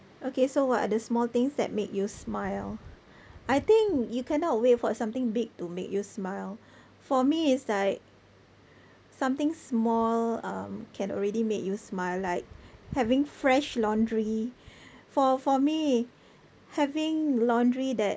okay so what are the small things that make you smile I think you cannot wait for something big to make you smile for me it's like something small um can already make you smile like having fresh laundry for for me having laundry that